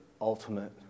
ultimate